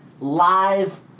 live